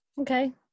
okay